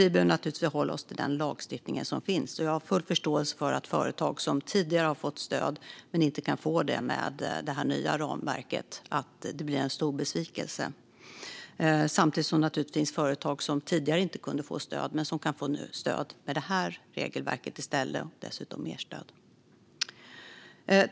Vi behöver givetvis hålla oss till den lagstiftning som finns, men jag har full förståelse för att företagare som tidigare fick stöd men inte kan få det med det nya ramverket är mycket besvikna. Samtidigt finns det företag som tidigare inte kunde få stöd som med detta regelverk nu kan få stöd, och dessutom mer stöd.